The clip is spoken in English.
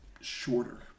shorter